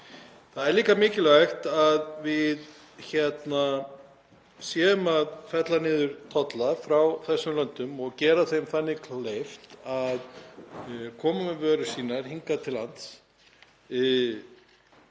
Það er líka mikilvægt að við séum að fella niður tolla frá þessum löndum og gera þeim þannig kleift að koma með vörur sínar hingað til lands.